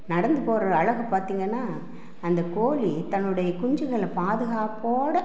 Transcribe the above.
நடந்து போகற அழகை பார்த்திங்கன்னா அந்த கோழி தன்னுடைய குஞ்சுகளை பாதுகாப்போட